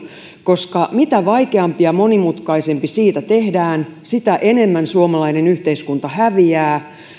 koska mitä vaikeampi ja monimutkaisempi siitä tehdään sitä enemmän suomalainen yhteiskunta häviää